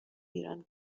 ایران